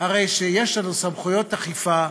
הרי יש לנו סמכויות אכיפה,